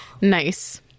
Nice